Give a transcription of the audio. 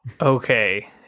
Okay